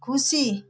खुसी